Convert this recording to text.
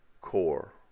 core